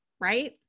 Right